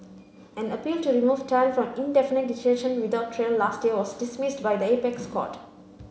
an appeal to remove Tan from indefinite detention without trial last year was dismissed by the apex court